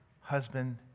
husband